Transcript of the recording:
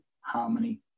harmony